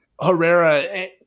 Herrera